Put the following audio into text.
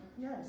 Yes